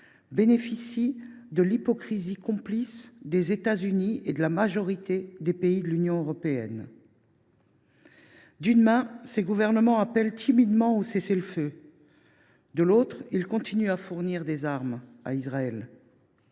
bénéficie de l’hypocrisie complice des États Unis et de la majorité des pays de l’Union européenne. D’un côté, ces gouvernements appellent timidement au cessez le feu ; de l’autre, ils continuent à fournir des armes à Israël.